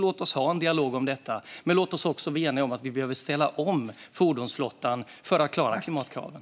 Låt oss ha en dialog om detta, men låt oss också bli eniga om att vi behöver ställa om fordonsflottan för att klara klimatkraven.